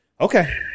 Okay